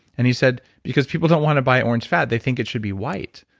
and he said, because people don't want to buy orange fat. they think it should be white.